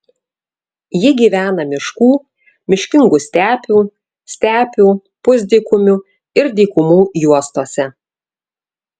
ji gyvena miškų miškingų stepių stepių pusdykumių ir dykumų juostose